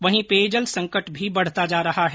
वहीं पेयजल संकट भी बढ़ता जा रहा है